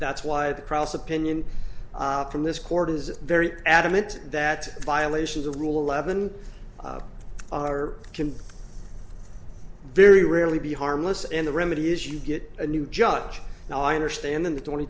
that's why the prosecution in from this court is very adamant that violations of rule eleven are can very rarely be harmless and the remedy is you get a new judge now i understand in the twenty